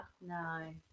No